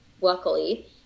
luckily